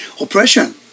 Oppression